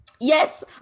Yes